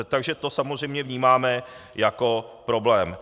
Takže to samozřejmě vnímáme jako problém.